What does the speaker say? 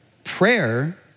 Prayer